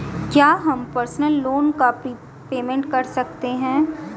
क्या हम personal loan का प्रीपेमेंट कर सकते हैं?